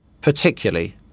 particularly